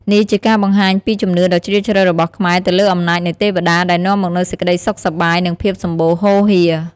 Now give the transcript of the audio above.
នេះជាការបង្ហាញពីជំនឿដ៏ជ្រាលជ្រៅរបស់ខ្មែរទៅលើអំណាចនៃទេវតា ដែលនាំមកនូវសេចក្តីសុខសប្បាយ និងភាពសម្បូរហូរហៀរ។